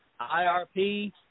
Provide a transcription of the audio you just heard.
IRP